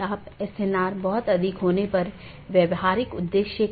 यहाँ N1 R1 AS1 N2 R2 AS2 एक मार्ग है इत्यादि